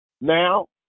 Now